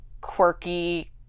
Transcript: quirky